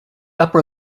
upper